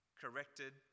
corrected